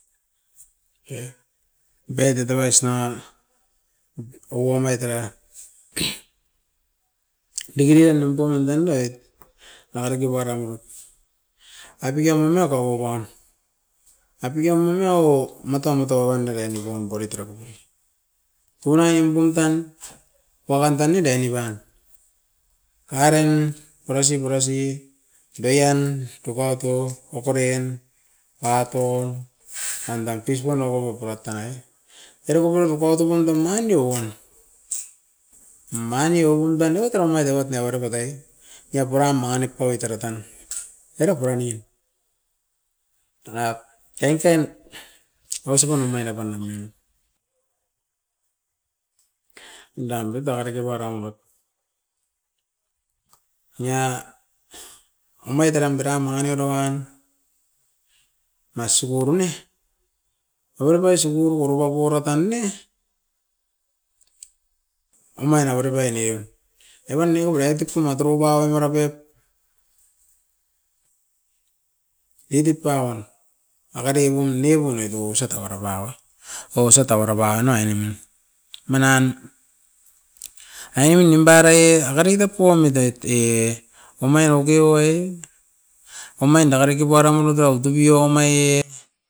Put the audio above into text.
A-avai tutou rais nanga, owo mai tara diki diki dan nimpo mam tandaiet nanga reke i puara nibut. Aipike mumua toroguam, aipike munoa awo matong moto owan dare ni bonboret era bubu. Tunai imbum tan waran tan ne daini ba, karain pura si pura si, daian, tukuato, oporen, apo, anda pispun nogogo pura tai. Era nongo nu kuatupo ta mani rou uan, mani rou uan tan noit tara omait ne oropatai, nia puram mangi nip oit era tan. Erap uruain nian erap ainten, korosipa na omaira pan a meon. Danda nangareke wara umat, nia omait eran dera mangi nip oiran na isugu urune? Avere pai siguru oropa oro tan ne, umain avere pai eneon. Evan neo gobaraitik puma torova u mara pet, edit pan agade ibun nebun etou osa tauara paun. Osau tauara pan a ainemin, manan aine nimpa parait ai retap poimit et e, omai rokiro e, omain dake reke puaram onoto topiroko maie.